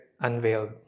Unveiled